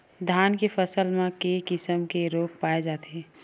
धान के फसल म के किसम के रोग पाय जाथे?